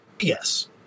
Yes